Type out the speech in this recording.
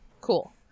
Cool